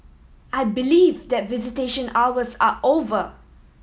I believe that visitation hours are over